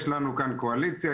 יש לנו כאן קואליציה,